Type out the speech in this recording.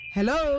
Hello